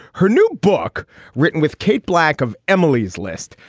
her new book written with kate black of emily's list.